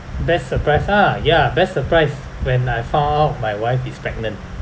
best surprise ah ya best surprise when I found out my wife is pregnant